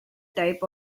type